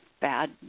bad